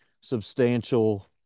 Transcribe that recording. substantial